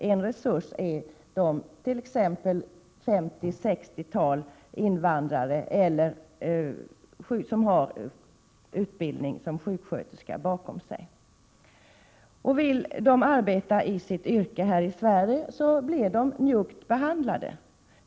En resurs är t.ex. det 50-60-tal invandrare som har utbildning som sjuksköterska bakom sig. Vill de arbeta i sitt yrke här i Sverige blir de njuggt behandlade.